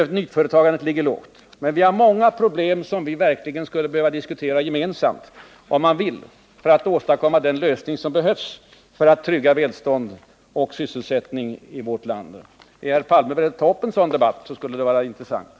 Nyföretagandet ligger också lågt. Men vi har många problem som vi verkligen skulle behöva diskutera gemensamt för att åstadkomma den lösning som krävs för att trygga välstånd och sysselsättning i vårt land. Är herr Palme beredd att ta upp en sådan debatt? Den skulle vara mycket värdefull.